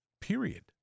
period